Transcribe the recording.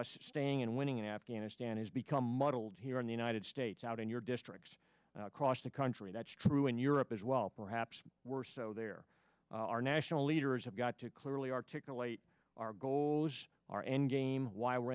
us staying and winning in afghanistan has become muddled here in the united states out in your districts across the country that's true in europe as well perhaps worse so there are national leaders have got to clearly articulate our goals our end game why we're